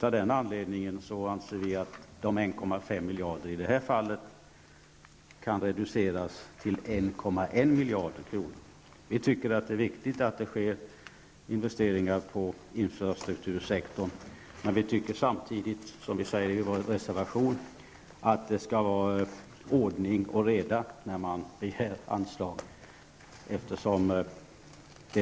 Av denna anledning anser vi att dessa 1,5 miljarder kan reduceras till 1,1 miljard kronor. Vi tycker att det är viktigt att det sker investeringar inom infrastruktursektorn, men vi tycker samtidigt, som vi säger i vår reservation, att det skall vara ordning och reda när man begär anslag.